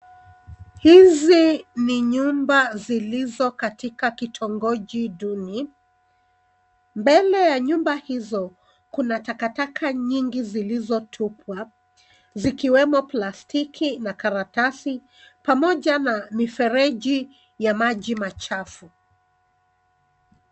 Hizi ni nyumba zilizo katika kitongoji duni. Mbele ya nyumba hizo kuna takataka nyingi zilizotupwa zikiwemo plastiki na karatasi pamoja na mifereji ya maji machafu.